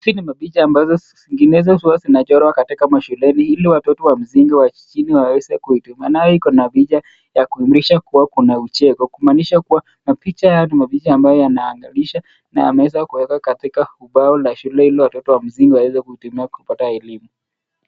Hii ni mapicha ambazo zingine za usawa zinachorwa katika mashuleni ili watoto wa mzingi wa chini waweze kuitumia. Na iko na picha ya kuimrisha kuwa kuna ucheko. Kumaanisha kuwa mapicha haya ni mapicha ambayo yanaangalia na ameweza kuweka katika ubao wa shule ili watoto wa mzingi waweze kuitumia kupata elimu.